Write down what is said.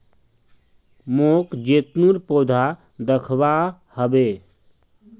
मोक जैतूनेर पौधा दखवा ह बे